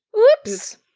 oops!